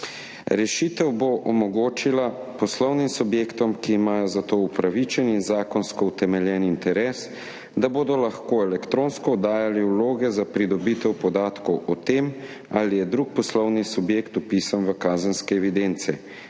Rešitev bo omogočila poslovnim subjektom, ki imajo za to upravičen in zakonsko utemeljen interes, da bodo lahko elektronsko oddajali vloge za pridobitev podatkov o tem, ali je drug poslovni subjekt vpisan v kazenske evidence.